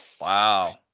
Wow